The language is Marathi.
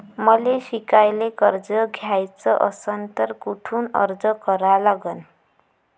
मले शिकायले कर्ज घ्याच असन तर कुठ अर्ज करा लागन?